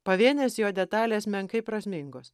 pavienės jo detalės menkai prasmingos